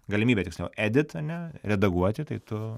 galimybę tiksliau edit ane redaguoti tai tu